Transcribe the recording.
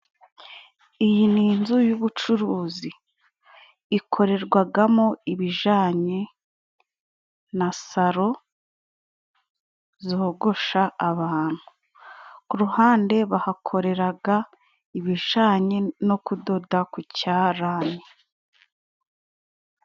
Iyi ni inzu y'ubucuruzi ikorerwagamo ibijanye na saro zogosha abantu ku ruhande bahakoreraga ibijanye no kudoda ku cyarahani.